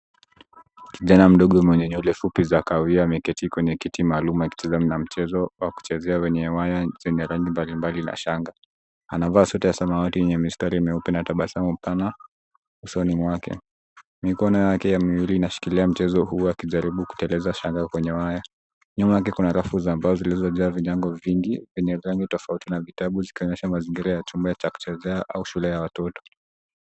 Kijana mdogo mwenye nywele fupi za kahawia ameketi kwenye kiti maalum akicheza na mchezo wa kuchezea wenye waya chenye rangi mbalimbali na shanga. Anavaa sweta ya samawati yenye mistari myeupe na tabasamu pana usoni mwake. Mikono yake miwili inashikilia mchezo huo huku akijaribu kuteleza shanga kwenye waya. Nyuma yake kuna rafu za mbao zilizojaa vinyago vingi vyenye rangi tofauti na vitabu zikionyesha mazingira ya chumba cha kuchezea au shule ya watoto.